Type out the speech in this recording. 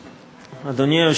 אדוני.